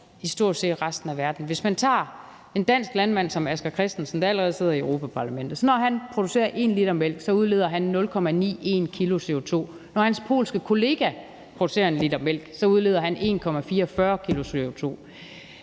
i stort set resten af verden. Lad os tage en dansk landmand som Asger Christensen, der allerede sidder i Europa-Parlamentet. Når han producerer 1 l mælk, udleder han 0,91 kg CO2. Når hans polske kollega producerer 1 l mælk, udleder han 1,44 kg CO2.